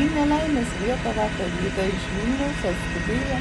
į nelaimės vietą vakar rytą iš vilniaus atskubėjo